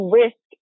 risk